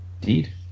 Indeed